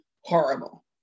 horrible